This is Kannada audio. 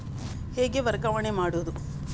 ಹೇಗೆ ವರ್ಗಾವಣೆ ಮಾಡುದು?